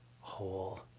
whole